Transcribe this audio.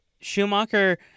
Schumacher